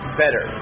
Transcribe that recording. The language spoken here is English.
better